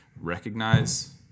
Recognize